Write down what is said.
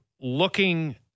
looking